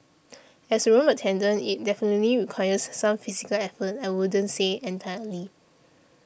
as a room attendant it definitely requires some physical effort I wouldn't say entirely